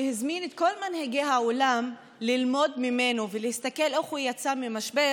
שהזמין את כל מנהיגי העולם ללמוד ממנו ולהסתכל איך הוא יצא ממשבר,